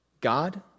God